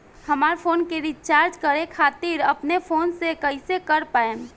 हमार फोन के रीचार्ज करे खातिर अपने फोन से कैसे कर पाएम?